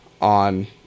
on